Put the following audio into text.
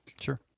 Sure